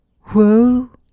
Whoa